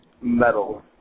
metal